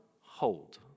Hold